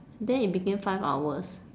then it became five hours